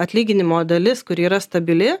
atlyginimo dalis kuri yra stabili